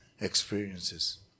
experiences